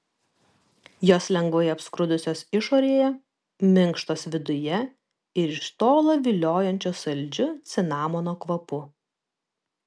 jos lengvai apskrudusios išorėje minkštos viduje ir iš tolo viliojančios saldžiu cinamono kvapu